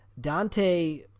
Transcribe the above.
Dante